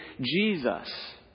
Jesus